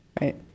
right